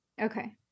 Okay